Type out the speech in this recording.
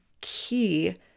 key